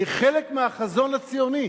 היא חלק מהחזון הציוני.